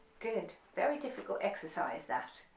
good very, difficult exercise that,